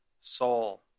soul